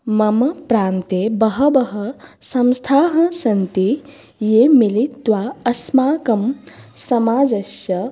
मम प्रान्ते बह्व्यः संस्थाः सन्ति याः मिलित्वा अस्माकं समाजस्य